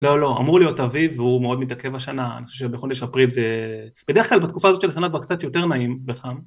לא, לא, אמור להיות אביב, והוא מאוד מתעכב השנה, אני חושב שבחודש אפריל זה... בדרך כלל בתקופה הזאת של השנה כבר קצת יותר נעים וחם.